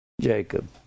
jacob